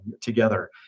together